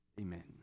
Amen